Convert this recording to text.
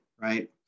right